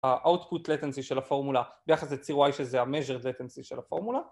ה-output latency של הפורמולה ביחס לציר Y שזה ה-measured latency של הפורמולה